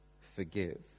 forgive